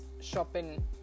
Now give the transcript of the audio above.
shopping